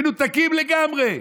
מנותקים לגמרי.